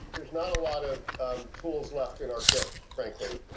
there's not a lot of tools left in our kit, frankly,